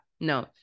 No